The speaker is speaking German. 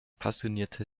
passionierte